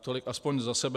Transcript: Tolik aspoň za sebe.